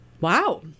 Wow